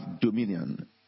dominion